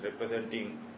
representing